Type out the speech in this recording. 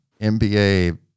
NBA